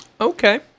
Okay